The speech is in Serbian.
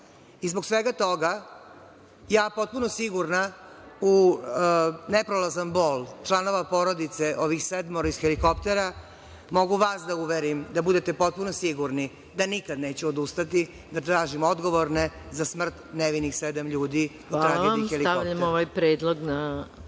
Zbog svega toga, ja potpuno sigurna u neprolazan bol članova porodice ovih sedmoro iz helikoptera, mogu vas da uverim da budete potpuno sigurni da nikad neću odustati da tražim odgovorne za smrt nevinih sedam ljudi pri padu helikoptera. **Maja Gojković** Hvala. Stavljam ovaj predlog na